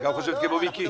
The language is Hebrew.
את גם חושבת כמו מיקי?